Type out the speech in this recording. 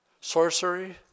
Sorcery